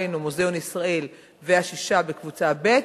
היינו מוזיאון ישראל והשישה שבקבוצה ב',